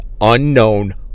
unknown